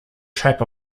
trap